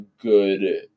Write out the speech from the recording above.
good